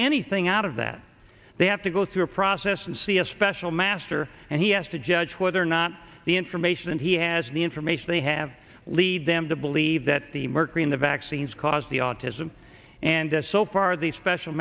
anything out of that they have to go through a process and see a special master and he has to judge whether or not the information that he has the information they have lead them to believe that the mercury in the vaccines cause the autism and that so far the special